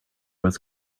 was